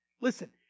Listen